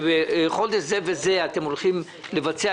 שבחודש זה וזה אתם הולכים לבצע,